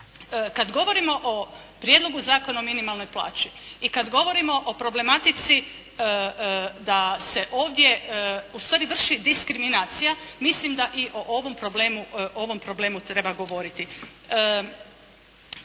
kad govorimo o Prijedlogu zakona o minimalnoj plaći i kad govorimo o problematici da se ovdje u stvari vrši diskriminacija, mislim da i o ovom problemu treba govoriti.